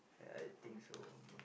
I think so